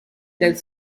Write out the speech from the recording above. del